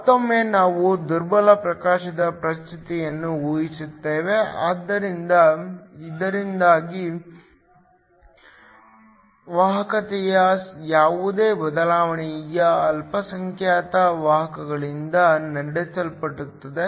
ಮತ್ತೊಮ್ಮೆ ನಾವು ದುರ್ಬಲ ಪ್ರಕಾಶದ ಸ್ಥಿತಿಯನ್ನು ಊಹಿಸುತ್ತಿದ್ದೇವೆ ಇದರಿಂದಾಗಿ ವಾಹಕತೆಯ ಯಾವುದೇ ಬದಲಾವಣೆಯು ಅಲ್ಪಸಂಖ್ಯಾತ ವಾಹಕಗಳಿಂದ ನಡೆಸಲ್ಪಡುತ್ತದೆ